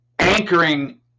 anchoring